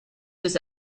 his